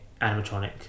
animatronic